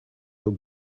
look